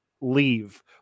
leave